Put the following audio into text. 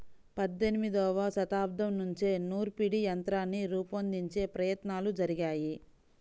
పద్దెనిమదవ శతాబ్దం నుంచే నూర్పిడి యంత్రాన్ని రూపొందించే ప్రయత్నాలు జరిగాయి